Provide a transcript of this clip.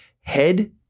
Head